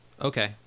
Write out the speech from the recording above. okay